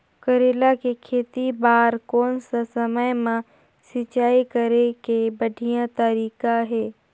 करेला के खेती बार कोन सा समय मां सिंचाई करे के बढ़िया तारीक हे?